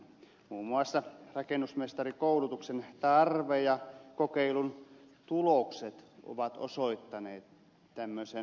muun muassa rakennusmestarikoulutuksen tarve ja kokeilun tulokset ovat osoittaneet tämmöisen tarkastelun tarpeen